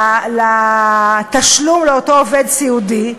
לתשלום לאותו עובד סיעודי.